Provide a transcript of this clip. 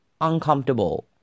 uncomfortable